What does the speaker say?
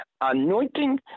anointing